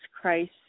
Christ